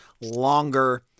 longer